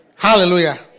Hallelujah